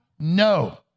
No